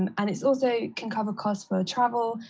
and and it's also can cover costs for travel,